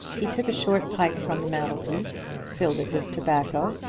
he took a short pipe from the mantelpiece, filled it with tobacco,